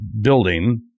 building